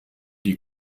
die